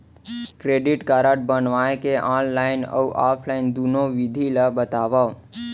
Credit card बनवाए के online अऊ ऑफलाइन दुनो विधि ला बतावव?